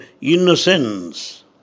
innocence